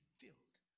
filled